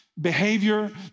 behavior